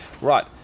right